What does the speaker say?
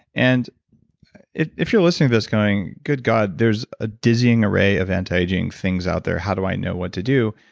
and if if you're listening to this going, good god, there's a dizzying array of anti-aging things out there. how do i know what to do?